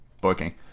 booking